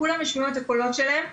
כולם השמיעו את הקולות שלהם.